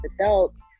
adults